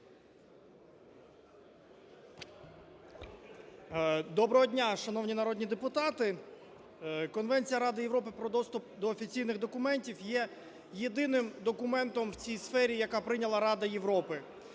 Доброго дня, шановні народні депутати! Конвенція Ради Європи про доступ до офіційних документів є єдиним документом в цій сфері, який прийняла Рада Європи.